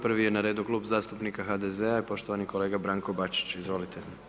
Prvi je na redu Klub zastupnika HDZ-a, poštovani kolega Branko Bačić, izvolite.